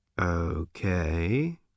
Okay